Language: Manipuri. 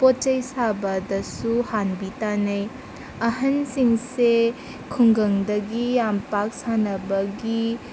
ꯄꯣꯠ ꯆꯩ ꯁꯥꯕꯗꯁꯨ ꯍꯥꯟꯕꯤ ꯇꯥꯟꯅꯩ ꯑꯍꯟꯁꯤꯡꯁꯦ ꯈꯨꯡꯒꯪꯗꯒꯤ ꯌꯥꯝ ꯄꯥꯛ ꯁꯥꯟꯅꯕꯒꯤ